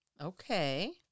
Okay